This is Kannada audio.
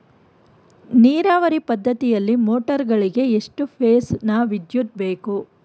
ನೀರಾವರಿ ಪದ್ಧತಿಯಲ್ಲಿ ಮೋಟಾರ್ ಗಳಿಗೆ ಎಷ್ಟು ಫೇಸ್ ನ ವಿದ್ಯುತ್ ಬೇಕು?